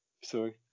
Sorry